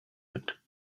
wind